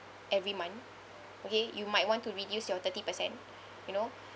every month okay you might want to reduce your thirty percent you know